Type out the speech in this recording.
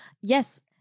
Yes